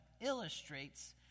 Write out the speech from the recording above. illustrates